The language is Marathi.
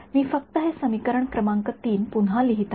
मी फक्त हे समीकरण क्रमांक ३ पुन्हा लिहीत आहे